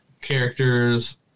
Characters